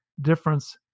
difference